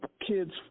kids